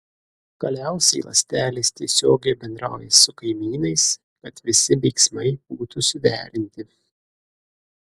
galiausiai ląstelės tiesiogiai bendrauja su kaimynais kad visi veiksmai būtų suderinti